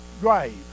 grave